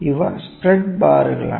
ഇവ സ്പ്രെഡ് ബാറുകളാണ്